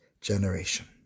generation